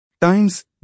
times